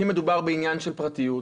כי מדובר בעניין של פרטיות.